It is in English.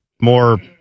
more